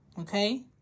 Okay